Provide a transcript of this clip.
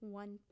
one